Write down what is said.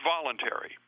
voluntary